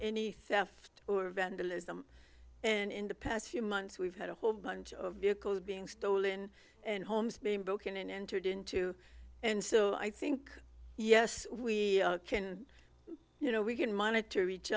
theft or vandalism and in the past few months we've had a whole bunch of vehicles being stolen and homes being broken and entered into and so i think yes we can you know we can monitor each